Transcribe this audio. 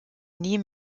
nie